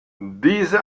diese